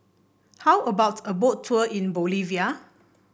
how about a Boat Tour in Bolivia